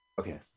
Okay